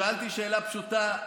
שאלתי שאלה פשוטה,